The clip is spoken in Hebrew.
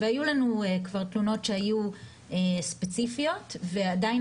היו לנו כבר תלונות שהיו ספציפיות ועדיין